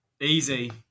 Easy